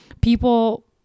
people